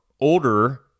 older